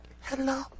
hello